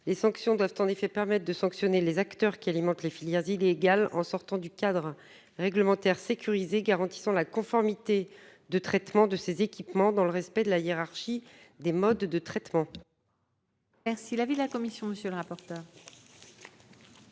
Les sanctions doivent en effet permettre de punir les acteurs qui alimentent les filières illégales en sortant du cadre réglementaire sécurisé, lequel garantit la conformité de traitement de ces équipements dans le respect de la hiérarchie des modes de traitement. Quel est l'avis de la commission de l'aménagement